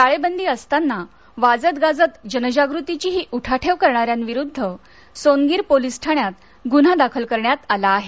टाळेबंदी असताना वाजत गाजत जनजागृतीची ही उठावेठ करणान्यांविरुध्द सोनगीर पोलिस ठाण्यात गुन्हा दाखल करण्यात आला आहे